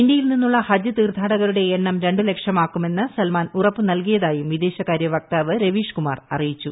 ഇന്ത്യയിൽ നിന്നുള്ള ഹജ്ജ് തീർത്ഥൂട്ടകരുടെ എണ്ണം രണ്ട് ലക്ഷമാക്കുമെന്ന് സൽമാൻ ഉറപ്പു നൽക്കിട്ടിരായും വിദേശകാരൃ വക്താവ് രവീഷ്കുമാർ അറിയിച്ചു